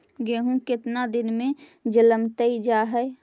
गेहूं केतना दिन में जलमतइ जा है?